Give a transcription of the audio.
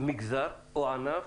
מגזר או ענף